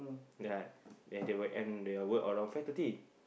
ya then they will end their work around five thirty